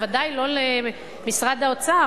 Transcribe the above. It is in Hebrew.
ודאי לא למשרד האוצר,